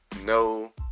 no